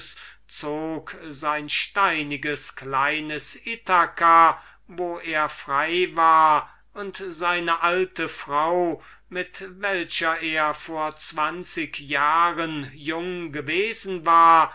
zog sein steinichtes kleines ithaca wo er frei war und sein altes weib mit der er vor zwanzig jahren jung gewesen war